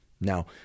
Now